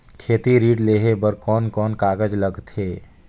खेती ऋण लेहे बार कोन कोन कागज लगथे?